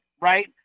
right